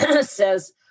says